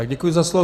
Děkuji za slovo.